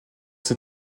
ses